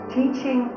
teaching